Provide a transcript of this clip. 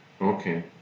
Okay